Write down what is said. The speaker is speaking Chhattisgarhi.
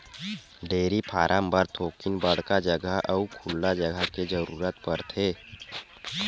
डेयरी फारम बर थोकिन बड़का जघा अउ खुल्ला जघा के जरूरत परथे